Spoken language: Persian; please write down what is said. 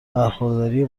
برخورداری